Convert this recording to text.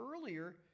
earlier